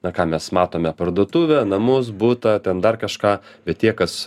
na ką mes matome parduotuvę namus butą ten dar kažką bet tie kas